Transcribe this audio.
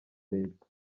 leta